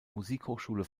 musikhochschule